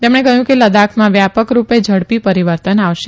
તેમણે કહયું કે લદાખમાં વ્યાપક રૂપે ઝડપી પરીવર્તન આવશે